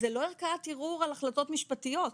זה לא ערכאת ערעור על החלטות משפטיות.